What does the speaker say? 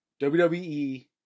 WWE